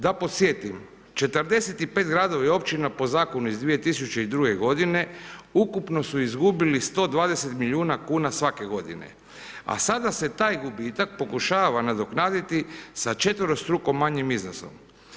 Da podsjetim 45 gradova i općina po zakonu iz 2002. godine ukupno su izgubili 120 milijuna kuna svake godine, a sada se taj gubitak pokušava nadoknaditi sa četverostruko manjim iznosom.